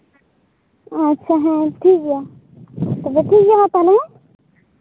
ᱟᱪᱪᱷᱟ ᱦᱮᱸ ᱴᱷᱤᱠ ᱜᱮᱭᱟ ᱛᱚᱵᱮ ᱴᱷᱤᱠ ᱜᱮᱭᱟᱢᱟ ᱛᱟᱦᱚᱞᱮ ᱦᱮᱸ